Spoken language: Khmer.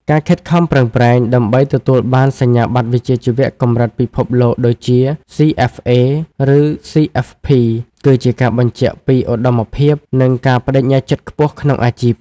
ការខិតខំប្រឹងប្រែងដើម្បីទទួលបានសញ្ញាបត្រវិជ្ជាជីវៈកម្រិតពិភពលោកដូចជា CFA ឬ CFP គឺជាការបញ្ជាក់ពីឧត្តមភាព និងការប្ដេជ្ញាចិត្តខ្ពស់ក្នុងអាជីព។